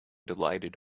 delighted